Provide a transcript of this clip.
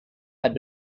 had